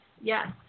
Yes